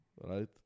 right